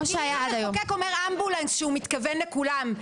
אם המחוקק אומר אמבולנס כשהוא מתכוון לכולם,